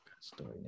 Story